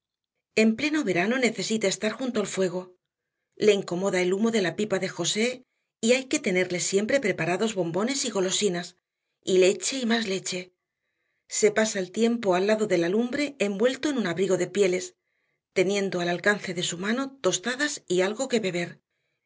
en pleno verano necesita estar junto al fuego le incomoda el humo de la pipa de josé y hay que tenerle siempre preparados bombones y golosinas y leche y más leche se pasa el tiempo al lado de la lumbre envuelto en un abrigo de pieles teniendo al alcance de su mano tostadas y algo que beber